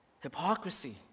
hypocrisy